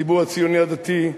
הציבור הציוני הדתי,